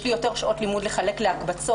יש לי יותר שעות לימוד לחלק להקבצות,